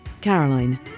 Caroline